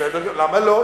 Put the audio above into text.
בסדר, למה לא?